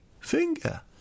finger